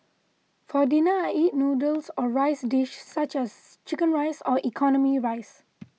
for dinner I eat noodles or rice dish such as Chicken Rice or economy rice